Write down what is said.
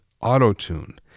Auto-Tune